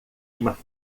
uma